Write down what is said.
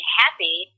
happy